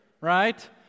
right